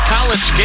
College